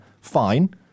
fine